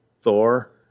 Thor